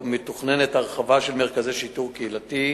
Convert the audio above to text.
מתוכננת הרחבה של מרכזי שיטור קהילתי.